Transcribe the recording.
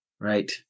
right